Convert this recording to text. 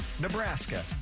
Nebraska